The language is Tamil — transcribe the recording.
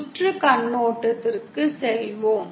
சுற்று கண்ணோட்டத்திற்கு செல்வோம்